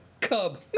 Cub